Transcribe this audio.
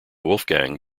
wolfgang